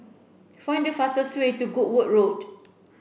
find the fastest way to Goodwood Road